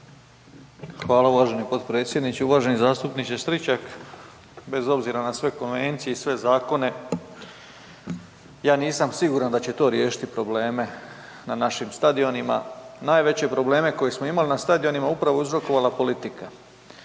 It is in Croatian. Hvala uvaženi potpredsjedniče, uvaženi zastupniče Stričak. Bez obzira na sve konvencije i sve zakone, ja nisam siguran da će to riješiti probleme na našim stadionima. Najveće probleme koje smo imali na stadionima je upravo uzrokovala politika.